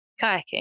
kayaking